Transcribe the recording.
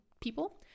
people